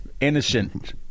innocent